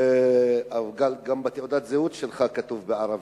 דבר בעברית גם בתעודת הזהות שלך כתוב בערבית,